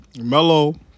Melo